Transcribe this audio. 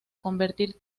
convertir